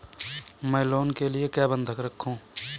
मैं लोन के लिए क्या बंधक रखूं?